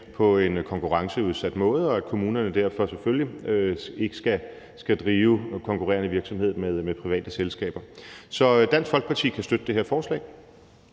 på en konkurrenceudsat måde, og at kommunerne derfor selvfølgelig ikke skal drive konkurrerende virksomhed med private selskaber. Så Dansk Folkeparti kan støtte det her forslag.